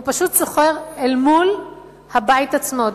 הוא פשוט סוחר אל מול הבית עצמו,